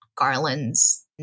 garlands